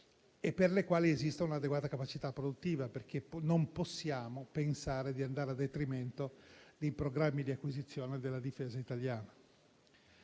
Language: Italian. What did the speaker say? e per i quali esista un'adeguata capacità produttiva, perché non possiamo pensare di andare a detrimento dei programmi di acquisizione della difesa italiana.